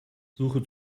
suche